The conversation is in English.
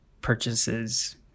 purchases